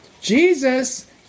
Jesus